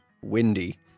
Windy